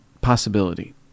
possibility